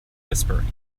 whispering